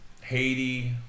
Haiti